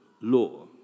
law